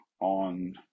on